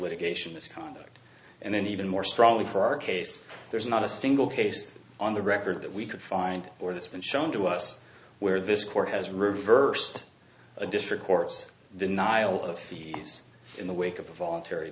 litigation misconduct and then even more strongly for our case there's not a single case on the record that we could find or that's been shown to us where this court has reversed the district court's denial of fees in the wake of the voluntary